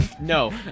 No